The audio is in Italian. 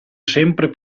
sempre